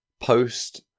post